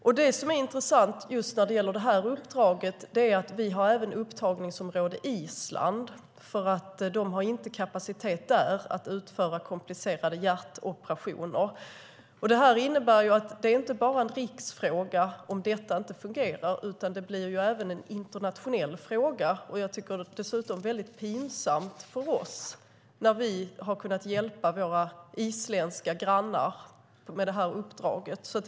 Något som är intressant när det gäller det här uppdraget är att vi även har Island som upptagningsområde, för de har inte kapacitet där att utföra komplicerade hjärtoperationer. Det här innebär att det inte bara är en riksfråga om detta inte fungerar, utan det blir även en internationell fråga. Jag tycker att det är pinsamt om vi inte längre kan hjälpa våra isländska grannar med det här uppdraget när vi tidigare har kunnat göra det.